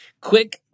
quick